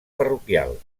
parroquial